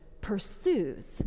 pursues